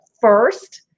first